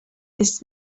this